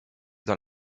dans